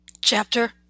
chapter